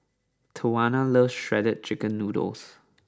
Tawanna loves Shredded Chicken Noodles